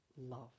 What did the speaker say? love